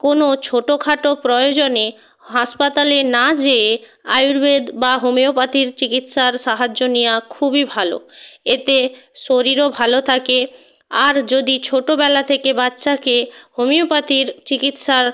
কোনও ছোট খাটো প্রয়োজনে হাসপাতালে না যেয়ে আয়ুর্বেদ বা হোমিওপ্যাথির চিকিৎসার সাহায্য নেওয়া খুবই ভালো এতে শরীরও ভালো থাকে আর যদি ছোটবেলা থেকে বাচ্চাকে হোমিওপ্যাথির চিকিৎসার